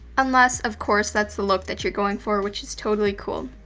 unless of course that's the look that you're going for, which is totally cool.